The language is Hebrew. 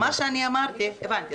הבנתי.